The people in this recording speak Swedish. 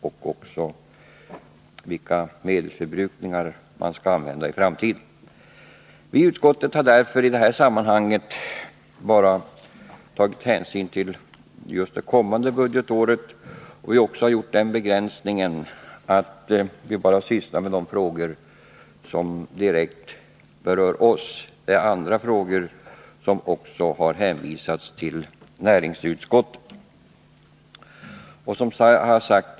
Detta gäller även frågan om den framtida medelsförbrukningen. Vii utskottet har därför i detta sammanhang bara tagit hänsyn just till det kommande budgetåret, och vi har också gjort den begränsningen att vi bara sysslat med de frågor som direkt berör oss. Andra frågor har hänvisats till näringsutskottet.